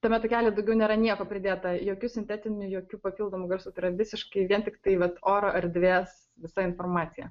tame takelyje daugiau nėra nieko pridėta jokių sintetinių jokių papildomų garsų tai yra visiškai vien tiktai vat oro erdvės visa informacija